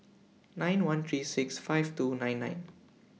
nine one three six five two nine nine